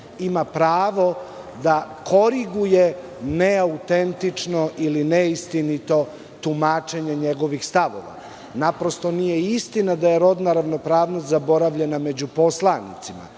ima pravo da koriguje neautentično ili neistinito tumačenje njegovih stavova. Naprosto nije istina da je rodna ravnopravnost zaboravljena među poslanicima.